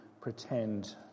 pretend